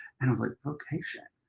and i was like, ok them.